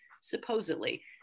supposedly